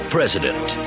President